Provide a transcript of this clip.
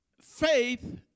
faith